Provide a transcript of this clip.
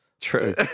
True